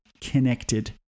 connected